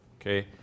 Okay